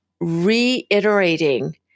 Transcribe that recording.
reiterating